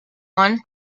one